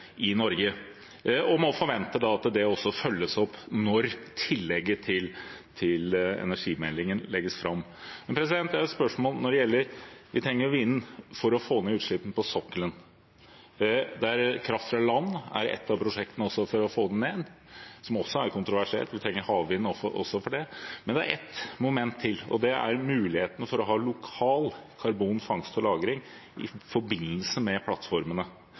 Norge – og må forvente at det følges opp når tillegget til energimeldingen legges fram. Jeg har et spørsmål når det gjelder at vi trenger vinden for å få ned utslippene på sokkelen. Kraft fra land er ett av prosjektene for å få dem ned, noe som også er kontroversielt, vi trenger havvind også for det. Men det er et moment til, og det er muligheten for å ha lokal karbonfangst og lagring i forbindelse med plattformene.